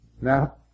Now